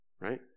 right